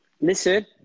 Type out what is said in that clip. Listen